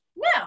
No